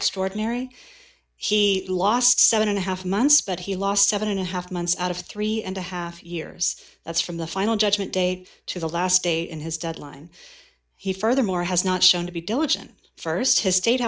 extraordinary he lost seven and a half months but he lost seven and a half months out of three and a half years that's from the final judgment date to the last day in his deadline he furthermore has not shown to be diligent st his sta